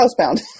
housebound